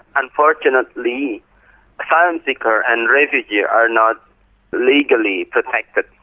unfortunately asylum seekers and refugees yeah are not legally protected.